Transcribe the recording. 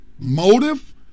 motive